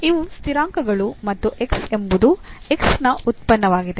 ಇವು ಸ್ಥಿರಾಂಕಗಳು ಮತ್ತು ಎಂಬುದು ನ ಉತ್ಪನ್ನವಾಗಿದೆ